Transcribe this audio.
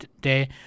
day